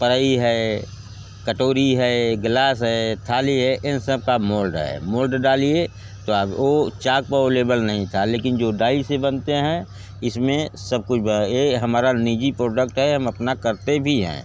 कढ़ाई है कटोरी है ग्लास है थाली है एन सब का मोल्ड है मोल्ड डालिए तो आप वो चाक पर अवलेबल नहीं था लेकिन जो डाई से बनते हैं इसमें सब कुछ बना ये हमारा निजी प्रोडक्ट है हम अपना करते भी हैं